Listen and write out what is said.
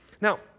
Now